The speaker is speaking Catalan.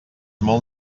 molt